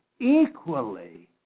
equally